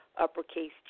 uppercase